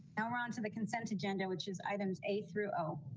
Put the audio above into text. and we're on to the consent agenda, which is items. a through. oh.